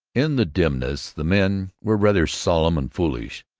in the dimness the men were rather solemn and foolish,